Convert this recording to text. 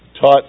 taught